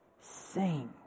Sing